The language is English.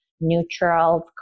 neutral